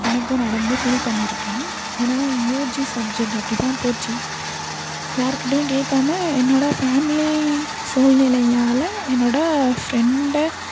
எனக்கும் நடந்து ஃபீல் பண்ணியிருக்கேன் ஏன்னா நான் யூஜி சப்ஜெட் அப்படிதான் போச்சு யார்கிட்டயும் கேட்காம என்னோட ஃபேம்லி சூழ்நிலையால் என்னோட ஃப்ரெண்டை